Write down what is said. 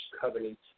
covenant